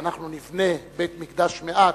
ואנחנו נבנה בית-מקדש מעט,